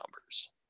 numbers